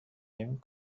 نمی